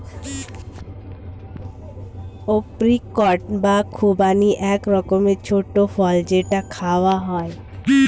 apricot বা খুবানি এক রকমের ছোট্ট ফল যেটা খাওয়া হয়